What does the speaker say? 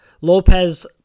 Lopez